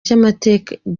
cy’amategeko